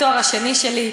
בתואר השני שלי,